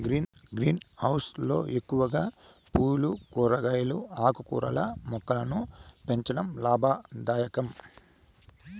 green house లో ఎక్కువగా పూలు, కూరగాయలు, ఆకుకూరల మొక్కలను పెంచడం లాభదాయకం